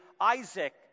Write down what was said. Isaac